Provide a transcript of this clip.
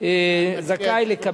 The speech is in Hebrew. זכאי התורם